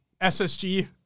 SSG